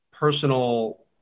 personal